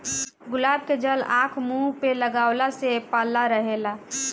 गुलाब के जल आँख, मुंह पे लगवला से पल्ला रहेला